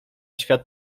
świat